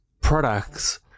products